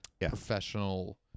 professional